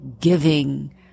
giving